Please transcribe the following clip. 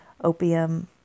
opium